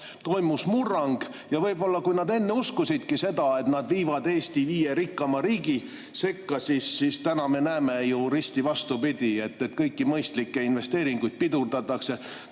toimus murrang. Kui nad enne võib-olla uskusidki seda, et nad viivad Eesti viie rikkaima riigi sekka, siis täna me näeme ju risti vastupidist: kõiki mõistlikke investeeringuid pidurdatakse,